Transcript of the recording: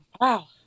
wow